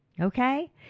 okay